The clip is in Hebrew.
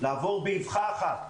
לעבור באבחה אחת,